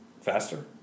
Faster